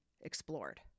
explored